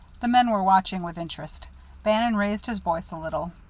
the men were watching with interest bannon raised his voice a little.